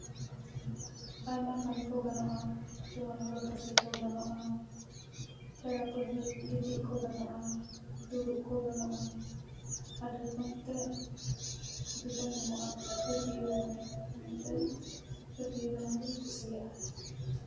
ᱟᱭᱢᱟ ᱠᱟᱹᱢᱤ ᱠᱚ ᱜᱟᱱᱚᱜᱼᱟ ᱡᱮᱢᱚᱱ ᱦᱩᱲᱩ ᱛᱟᱥᱮ ᱠᱚ ᱜᱟᱱᱚᱜᱼᱟ ᱯᱮᱬᱟ ᱯᱟᱺᱬᱦᱟᱹ ᱜᱤᱛᱤ ᱠᱚ ᱜᱟᱱᱚᱜᱼᱟ ᱫᱩᱲᱩᱵ ᱠᱚ ᱜᱟᱱᱚᱜᱼᱟ ᱟᱹᱰᱤ ᱨᱚᱠᱚᱢ ᱛᱮ ᱥᱩᱵᱤᱫᱟ ᱧᱟᱢᱚᱜᱼᱟ ᱯᱟᱹᱴᱭᱟᱹ ᱨᱮᱫᱚ ᱚᱱᱟᱛᱮ ᱯᱟᱹᱴᱭᱟᱹ ᱜᱟᱞᱟᱝ ᱫᱩᱧ ᱠᱩᱥᱤᱭᱟᱜᱼᱟ